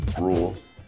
rules